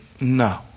No